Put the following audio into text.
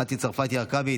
מטי צרפתי הרכבי,